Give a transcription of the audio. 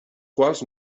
quals